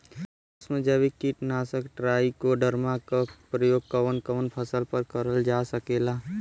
सुक्ष्म जैविक कीट नाशक ट्राइकोडर्मा क प्रयोग कवन कवन फसल पर करल जा सकेला?